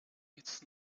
its